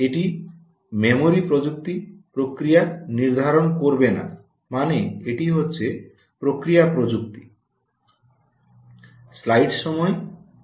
এটি মেমরি প্রযুক্তি প্রক্রিয়া নির্ধারণ করবে না মানে এটি হচ্ছে প্রক্রিয়া প্রযুক্তি